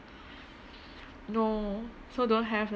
no so don't have